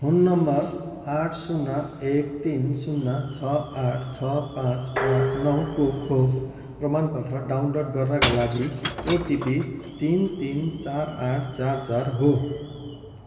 phone number आठ शून्य एक तिन शून्य छ आठ छ पाँच पाँच नौको खोप प्रमाणपत्र डाउनलोड गर्नाका लागि ओटिपी तिन तिन चार आठ चार चार हो